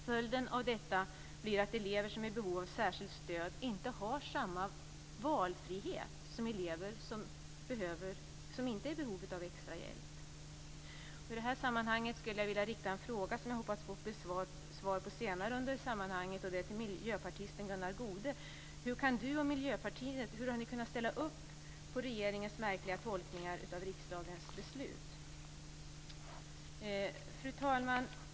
Följden av detta blir att elever som är i behov av särskilt stöd inte har samma valfrihet som elever som inte behöver extra hjälp. I det här sammanhanget vill jag ställa en fråga, som jag hoppas få svar på senare, till miljöpartisten Gunnar Goude: Hur har du och Miljöpartiet kunnat ställa upp på regeringens märkliga tolkningar av riksdagens beslut? Fru talman!